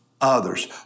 others